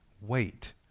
Wait